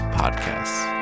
podcasts